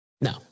No